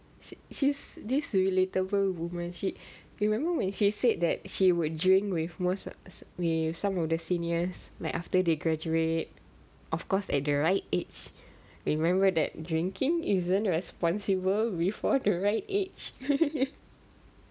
is this relatable woman she you remember when she said that she would drink with most as we some of the seniors like after they graduate of course at the right age remember that drinking isn't responsible before the right age